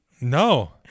No